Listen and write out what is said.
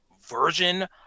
version